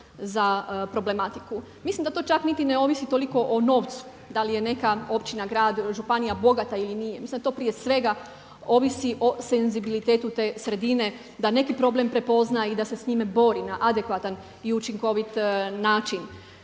za problematiku. Mislim da to čak niti ne ovisi toliko o novcu da li je neka općina, grad, županija bogata ili nije. Mislim da to prije svega ovisi o senzibilitetu te sredine da neki problem prepozna i da se s njime bori na adekvatan i učinkovit način.